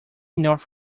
north